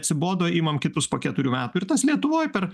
atsibodo imam kitus po keturių metų ir tas lietuvoj per